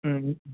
ꯎꯝ